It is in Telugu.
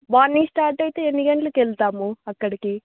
మార్నింగ్ స్టార్ట్ అయితే ఎన్ని గంటలకు వెళ్తాము అక్కడికి